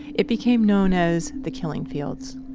it became known as the killing fields.